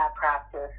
practice